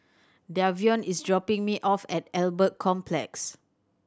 Davion is dropping me off at Albert Complex